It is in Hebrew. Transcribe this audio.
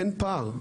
אין פער,